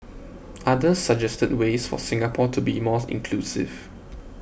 others suggested ways for Singapore to be more inclusive